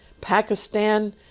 Pakistan